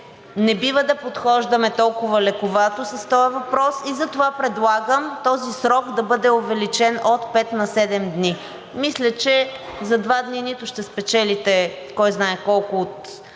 не бива да подхождаме толкова лековато с този въпрос, и затова предлагам срокът да бъде увеличен от пет на седем дни. За два дни нито ще спечелите кой знае колко от